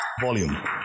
volume